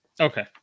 okay